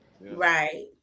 right